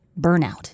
burnout